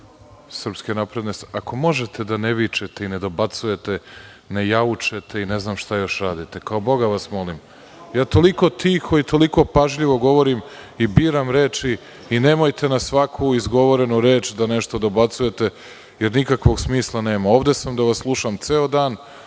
kluba SNS, ako možete da ne vičete i ne dobacujete, ne jaučete i ne znam šta još radite, kao Boga vas molim. Ja toliko tiho i toliko pažljivo govorim i biram reči i nemojte na svaku izgovorenu reč da nešto dobacujete, jer nikakvog smisla nema. Ovde sam da vas slušam ceo dan,